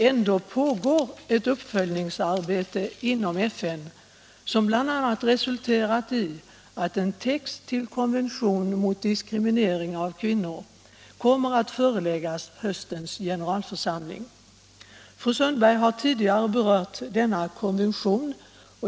Ändå pågår ett uppföljningsarbete inom FN, som bl.a. resulterat i att en text till konvention mot diskriminering av kvinnor kommer att föreläggas höstens generalförsamling. Fru Sundberg har tidigare berört denna konvention.